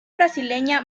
brasileña